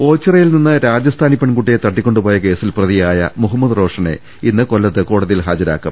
ഓച്ചിറയിൽ നിന്ന് രാജസ്ഥാനി പെൺകുട്ടിയെ തട്ടിക്കൊണ്ടുപോയ കേസിൽ പ്രതിയായ മുഹമ്മദ് റോഷനെ ഇന്ന് കൊല്ലത്ത് കോടതി യിൽ ഹാജരാക്കും